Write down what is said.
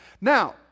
Now